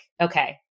okay